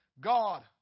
God